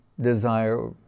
desire